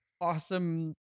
awesome